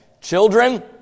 Children